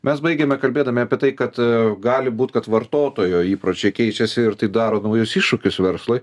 mes baigėme kalbėdami apie tai kad gali būt kad vartotojo įpročiai keičiasi ir tai daro naujus iššūkius verslui